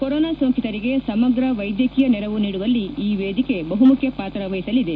corona ಸೋಂಕಿತರಿಗೆ ಸಮಗ್ರ ವೈದ್ಯಕೀಯ ನೆರವು ನೀಡುವಲ್ಲಿ ಈ ವೇದಿಕೆ ಬಹುಮುಖ್ಯ ಪಾತ್ರ ವಹಿಸಲಿದೆ